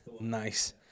Nice